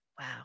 Wow